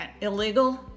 illegal